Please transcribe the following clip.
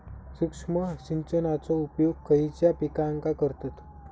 सूक्ष्म सिंचनाचो उपयोग खयच्या पिकांका करतत?